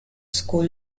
school